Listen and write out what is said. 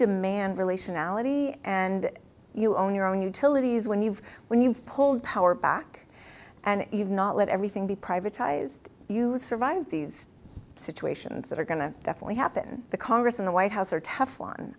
demand relation ality and you own your own utilities when you've when you've pulled power back and you've not let everything be privatized you survive these situations that are going to definitely happen the congress and the white house are tough